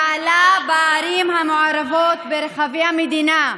שפעלה בערים המעורבות ברחבי המדינה.